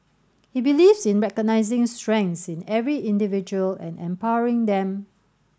he believes in recognising strengths in every individual and empowering them